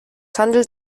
handelt